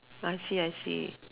I see I see